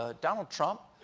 ah donald trump.